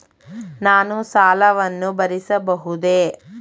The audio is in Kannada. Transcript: ನಾನು ಸಾಲವನ್ನು ಭರಿಸಬಹುದೇ?